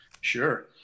sure